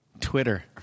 Twitter